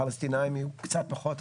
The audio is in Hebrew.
הפלסטינאים קצת פחות,